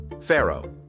Pharaoh